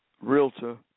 realtor